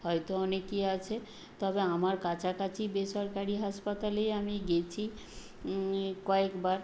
হয়তো অনেকই আছে তবে আমার কাছাকাছি বেসরকারি হাসপাতালেই আমি গেছি কয়েকবার